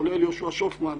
כולל יהושע שופמן,